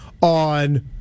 on